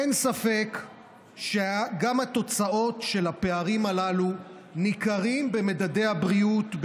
אין ספק שגם התוצאות של הפערים הללו ניכרות במדדי הבריאות,